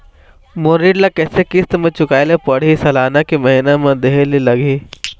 मोर ऋण ला कैसे किस्त म चुकाए ले पढ़िही, सालाना की महीना मा देहे ले लागही?